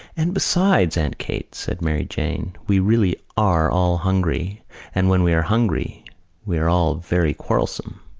and besides, aunt kate, said mary jane, we really are all hungry and when we are hungry we are all very quarrelsome.